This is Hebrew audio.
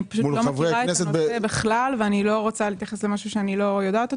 אני לא מכירה את הנושא בכלל ואני לא רוצה להתייחס למשהו שאני לא מכירה.